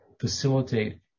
facilitate